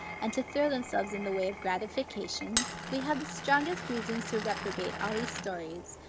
and to throw themselves in the way of gratification, we have the strongest reasons to reprobate all these stories,